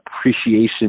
appreciation